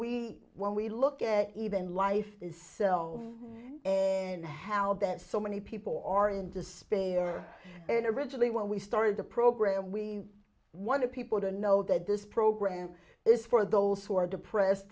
we when we look at even life is self and how that so many people are in despair and originally when we started the program we wanted people to know that this program is for those who are depressed